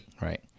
Right